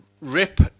rip